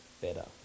better